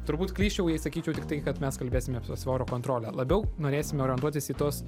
turbūt klysčiau jei sakyčiau tik tai kad mes kalbėsime apie svorio kontrolę labiau norėsime orientuotis į tuos